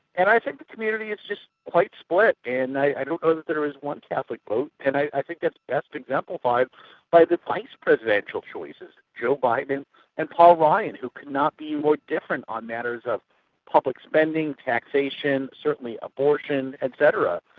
and i think the community is just quite split and i don't know that there is one catholic vote and i think that's best exemplified by the vice-presidential choices joe biden and paul ryan, who could not be more different on matters of public spending, taxation, certainly abortion et cetera.